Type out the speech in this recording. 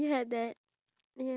C_N_N